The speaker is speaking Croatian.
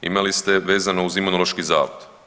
Imali ste vezano uz Imunološki zavod.